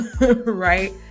right